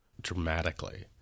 dramatically